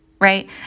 right